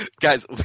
Guys